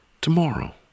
tomorrow